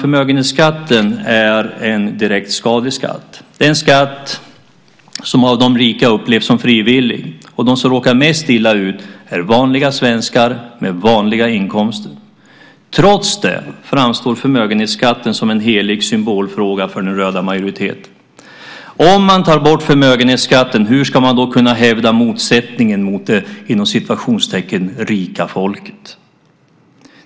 Förmögenhetsskatten är en direkt skadlig skatt. Det är en skatt som av de rika upplevs som frivillig, och de som råkar mest illa ut är vanliga svenskar med vanliga inkomster. Trots det framstår förmögenhetsskatten som en helig symbolfråga för den röda majoriteten. Om man tar bort förmögenhetsskatten, hur ska man då kunna hävda motsättningen med "det rika folket"?